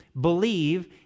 believe